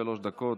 שלוש דקות.